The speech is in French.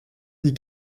dit